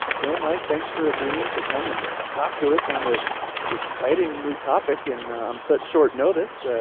well mike, thanks for agreeing to come and talk to us on this exciting new topic and on such short notice,